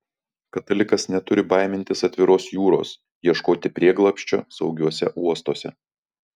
katalikas neturi baimintis atviros jūros ieškoti prieglobsčio saugiuose uostuose